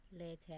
later